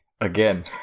again